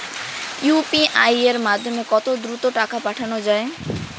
UPI এর মাধ্যমে কত দ্রুত টাকা পাঠানো যায়?